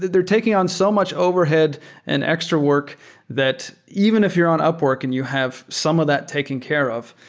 they're taking on so much overhead and extra work that even if you're on upwork and you have some of that taken care of,